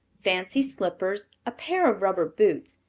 fancy slippers, a pair of rubber boots,